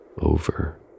over